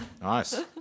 Nice